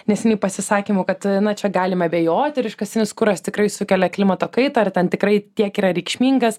neseniai pasisakymų kad na čia galim abejot ar iškastinis kuras tikrai sukelia klimato kaitą ar ten tikrai tiek yra reikšmingas